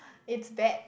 it's bad